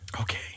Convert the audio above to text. Okay